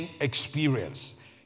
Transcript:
experience